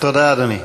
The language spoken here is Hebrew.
תודה, אדוני.